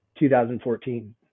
2014